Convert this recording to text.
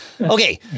Okay